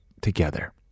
together